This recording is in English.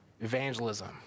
evangelism